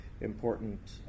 important